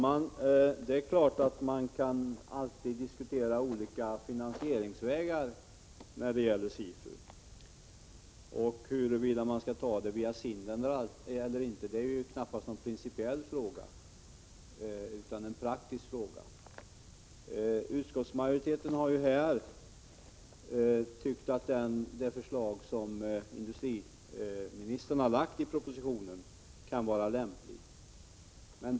Herr talman! Man kan ju alltid diskutera olika finansieringsvägar när det gäller SIFU, men huruvida man skall ta det via SIND eller inte är knappast någon principiell fråga utan en praktisk fråga. Utskottsmajoriteten har här tyckt att det förslag som industriministern har lagt fram i propositionen kan vara lämpligt.